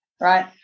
right